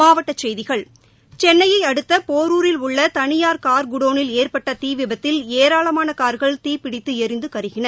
மாவட்டக் செய்திகள் சென்னையை அடுத்த போரூரில் உள்ள தனியார் கார் குடோனில் ஏற்பட்ட தீவிபத்தில் ஏராளமான கார்கள் தீப்பிடித்து எரிந்து கருகின